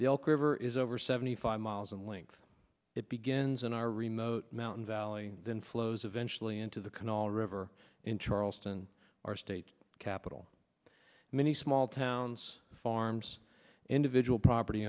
the elk river is over seventy five miles in length it begins in our remote mountain valley then flows eventually into the canal river in charleston our state capital many small towns farms individual property